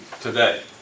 today